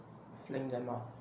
flank them lor